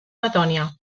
letònia